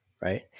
right